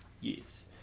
Yes